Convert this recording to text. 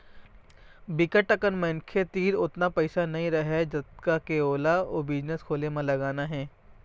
बिकट अकन मनखे तीर ओतका पइसा नइ रहय जतका के ओला ओ बिजनेस खोले म लगाना हे